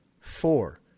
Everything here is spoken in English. Four